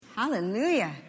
Hallelujah